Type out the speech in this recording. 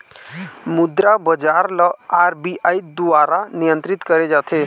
मुद्रा बजार ल आर.बी.आई दुवारा नियंत्रित करे जाथे